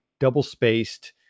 Double-spaced